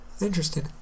Interesting